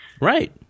Right